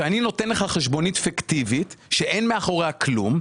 שאני נותן לך חשבונית פיקטיבית שאין מאחוריה כלום,